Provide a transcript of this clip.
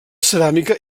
ceràmica